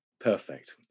Perfect